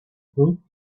book